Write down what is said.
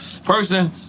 Person